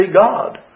God